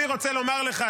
אני רוצה לומר לך,